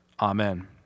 Amen